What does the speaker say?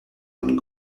one